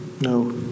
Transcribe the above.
No